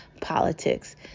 politics